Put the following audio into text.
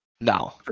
now